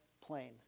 plane